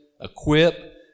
equip